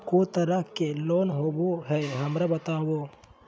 को तरह के लोन होवे हय, हमरा बताबो?